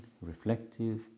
reflective